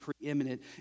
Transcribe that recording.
preeminent